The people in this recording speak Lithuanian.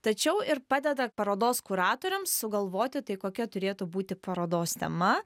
tačiau ir padeda parodos kuratoriams sugalvoti tai kokia turėtų būti parodos tema